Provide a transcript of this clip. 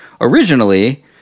originally